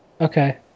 Okay